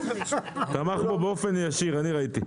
תמך בו באופן ישיר אני ראיתי.